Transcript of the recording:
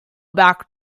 back